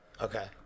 Okay